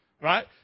Right